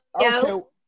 Go